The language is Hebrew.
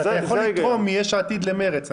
אפשר לתרום לאחר.